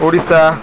Odisha